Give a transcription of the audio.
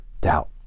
doubt